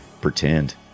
pretend